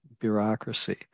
bureaucracy